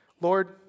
Lord